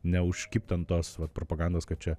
neužkibt ant tos vat propagandos kad čia